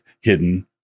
hidden